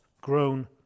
grown